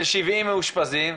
של 70 מאושפזים,